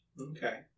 Okay